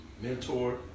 mentor